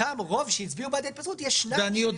רוב שהצביע בעד ההתפצלות יש --- אני שואל